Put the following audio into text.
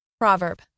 Proverb